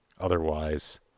otherwise